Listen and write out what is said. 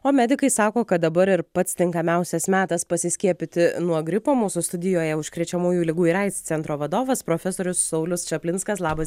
o medikai sako kad dabar ir pats tinkamiausias metas pasiskiepyti nuo gripo mūsų studijoje užkrečiamųjų ligų ir aids centro vadovas profesorius saulius čaplinskas labas